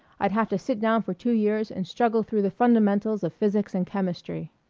i'd have to sit down for two years and struggle through the fundamentals of physics and chemistry.